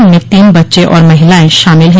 इनमें तीन बच्चे और महिलाएं शामिल है